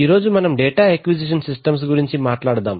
ఈరోజు మనం data acquisition systems గురించి మాట్లాడదాం